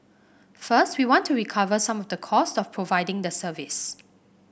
first we want to recover some of the cost of providing the service